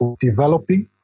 developing